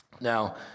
Now